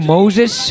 Moses